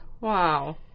Wow